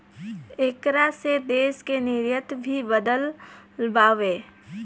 ऐकरा से देश के निर्यात भी बढ़ल बावे